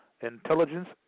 intelligence